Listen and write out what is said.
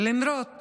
למרות